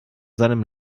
seinem